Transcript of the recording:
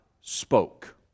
spoke